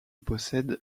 possède